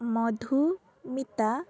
Madhumita